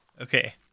Okay